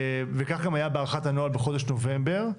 וכך גם היה בהארכת הנוהל בחודש נובמבר,